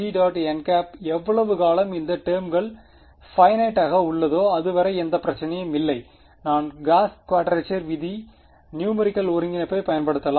n எவ்வளவு காலம் இந்த டெர்ம்கள் பைனைடாக உள்ளதோ அதுவரை எந்த பிரச்சனையும் இல்லை நான் காஸ் குவாட்ரேச்சர் விதி நியூமெரிகள் ஒருங்கிணைப்பைப் பயன்படுத்தலாம்